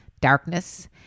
darkness